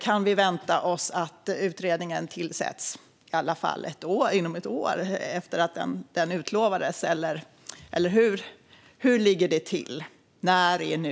Kan vi vänta oss att utredningen tillsätts inom i alla fall ett år efter att den utlovades, eller hur ligger det till? När är nu?